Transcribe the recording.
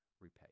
repay